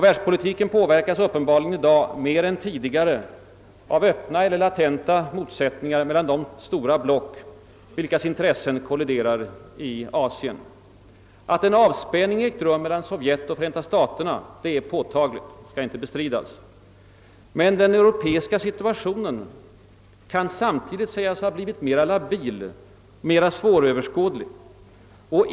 Världspolitiken påverkas uppenbarligen i dag mer än tidigare av öppna eller latenta motsättningar mellan de stora block vilkas intressen kolliderar i Asien. Att en avspänning ägt rum mellan Sovjet och Förenta staterna är påtagligt och skall inte bestridas. Men den europeiska situationen kan samtidigt sägas ha blivit mer labil och svåröverskådlig.